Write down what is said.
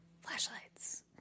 Flashlights